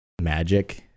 magic